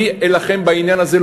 אני אלחם בעניין הזה,